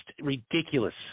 ridiculous